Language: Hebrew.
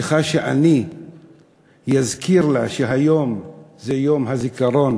צריכה שאני אזכיר לה שהיום זה יום הזיכרון